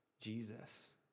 Jesus